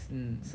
mm